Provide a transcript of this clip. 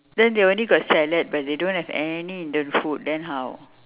then they only got salad but they don't have any indian food then how